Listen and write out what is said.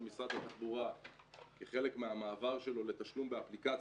משרד התחבורה כחלק מהמעבר שלו לתשלום באפליקציה,